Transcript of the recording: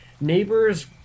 neighbors